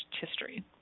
history